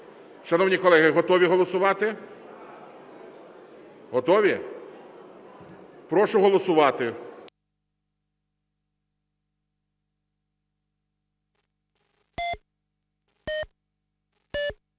Шановні колеги, готові голосувати? Готові? Прошу голосувати.